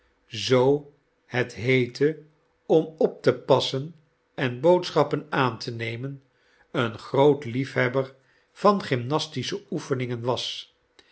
zoo het heette om op te passen en boodschappen aan te nemen een groot liefhebber van gymnastische oefeningen was